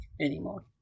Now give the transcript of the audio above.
anymore